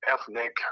ethnic